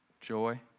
joy